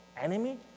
enemy